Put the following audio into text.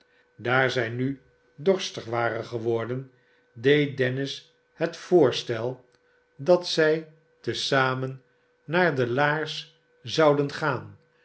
daar zij nu dorstig waren geworden deed dennis het voorstel barnaey rudge dat zij te zamen naar de laars zouden gaan